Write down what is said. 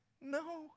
No